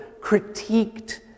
critiqued